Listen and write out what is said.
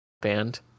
band